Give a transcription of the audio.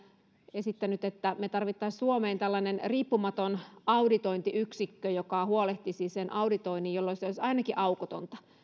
esittänyt että me tarvitsisimme suomeen tällaisen riippumattoman auditointiyksikön joka huolehtisi sen auditoinnin jolloin se olisi ainakin aukotonta